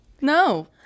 No